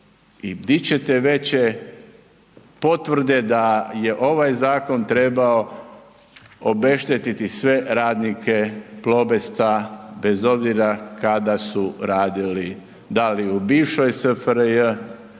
i di ćete veće potvrde da je ovaj zakon trebao obeštetiti sve radnike Plobesta bez obzira kada su radili, da li u bivšoj SFRJ